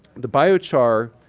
the biochar,